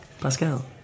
Pascal